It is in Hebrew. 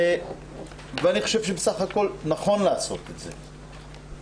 ואני חושב שנכון לעשות את זה,